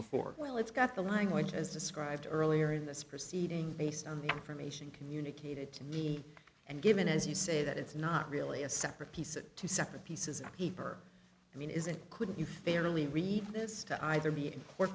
well it's got the language as described earlier in this proceeding based on the information communicated to me and given as you say that it's not really a separate piece of two separate pieces of paper i mean isn't couldn't you fairly read this to either be